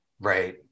Right